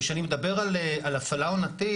כשאני מדבר על הפעלה עונתית,